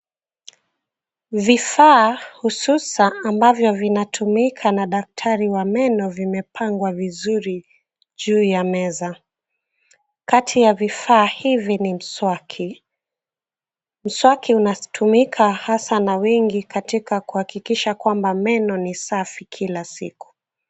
Vifaa hususa ambavyo vinatumika na daktari wa meno vimepangwa vizuri juu ya meza. Kati ya vifaa hivi ni mswaki. Mswaki unatumika hasa na wengi katika kuhakikisha kwamba meno ni safi kila siku.